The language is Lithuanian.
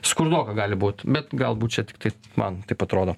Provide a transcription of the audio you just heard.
skurdoka gali būt bet galbūt čia tiktai man taip atrodo